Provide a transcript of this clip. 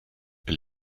elle